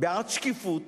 בעד שקיפות,